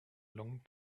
long